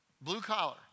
Blue-collar